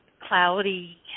cloudy